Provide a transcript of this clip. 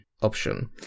Option